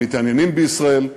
הם מתעניינים בישראל,